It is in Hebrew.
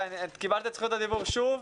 קיבלת את זכות הדיבור שוב,